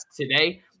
today